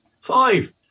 Five